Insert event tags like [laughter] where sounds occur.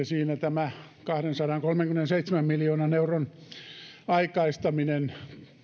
[unintelligible] siinä tämä kahdensadankolmenkymmenenseitsemän miljoonan euron aikaistaminen